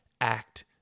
act